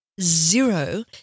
zero